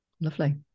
Lovely